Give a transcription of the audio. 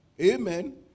Amen